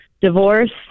divorce